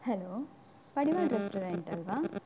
hello Padival restaurant ಅಲ್ಲವಾ